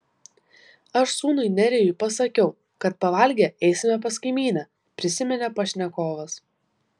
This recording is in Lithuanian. aš sūnui nerijui pasakiau kad pavalgę eisime pas kaimynę prisiminė pašnekovas